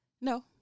No